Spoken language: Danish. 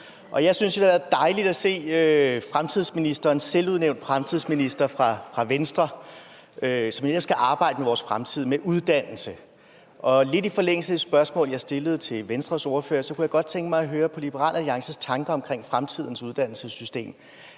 Jeg synes, det har været dejligt at se den selvudnævnte fremtidsminister fra Venstre, som jo skal arbejde med vores fremtid, med uddannelse. Og lidt i forlængelse af det spørgsmål, jeg stillede til Venstres ordfører, kunne jeg godt tænke mig at høre Liberal Alliances tanker om fremtidens uddannelsessystem.